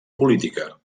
política